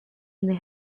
they